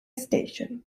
station